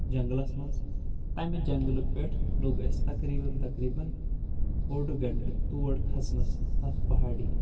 جنگلس منٛز تمہِ جنگلہٕ پٮ۪ٹھ لوٚگ اسہِ تقریباً تقریباً اوٚڑ گنٹہٕ تور کھسنس تتھ پہاڑی